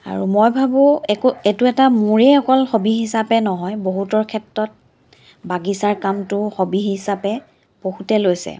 আৰু মই ভাবোঁ একো এইটো এটা মোৰেই অকল হবী হিচাপে নহয় বহুতৰ ক্ষেত্ৰত বাগিচাৰ কামটো হবী হিচাপে বহুতে লৈছে